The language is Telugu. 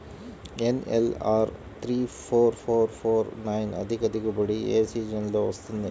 NLR three four four four nine అధిక దిగుబడి ఏ సీజన్లలో వస్తుంది?